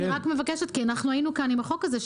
אני רק מבקשת כי אנחנו היינו כאן עם החוק הזה,